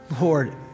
Lord